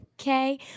okay